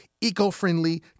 eco-friendly